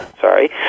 Sorry